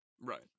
right